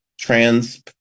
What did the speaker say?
trans